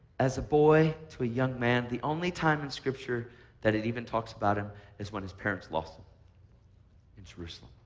as a boy to a young man. the only time in scripture that it even talks about him is when his parents lost in jerusalem.